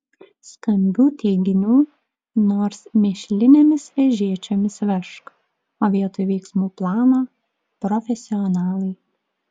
skambių teiginių nors mėšlinėmis vežėčiomis vežk o vietoj veiksmų plano profesionalai